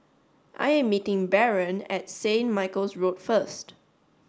I am meeting Baron at Saint Michael's Road first